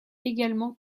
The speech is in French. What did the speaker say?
également